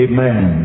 Amen